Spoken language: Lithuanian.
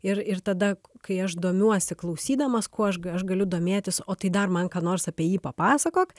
ir ir tada kai aš domiuosi klausydamas kuo aš aš galiu domėtis o tai dar man ką nors apie jį papasakok